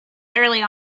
early